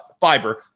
Fiber